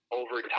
over